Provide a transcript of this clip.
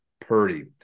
Purdy